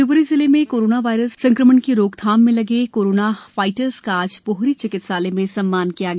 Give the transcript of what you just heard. शिवपूरी जिले में कोरोना संक्रमण की रोकथाम में लगे कोरोना फाइटर्स का आज पोहरी चिकित्सालय में सम्मान किया गया